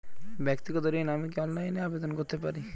ব্যাক্তিগত ঋণ আমি কি অনলাইন এ আবেদন করতে পারি?